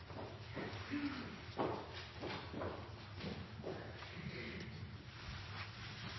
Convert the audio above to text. Takk